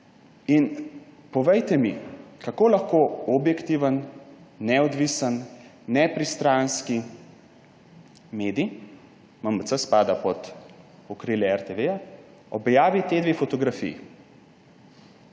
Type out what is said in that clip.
In povejte mi, kako lahko objektiven, neodvisen, nepristranski medij − MMC spada pod okrilje RTV − objavi ti dve fotografiji